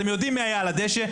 אתם יודעים מי היה על הדשא?